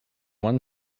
one